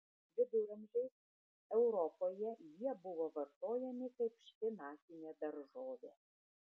viduramžiais europoje jie buvo vartojami kaip špinatinė daržovė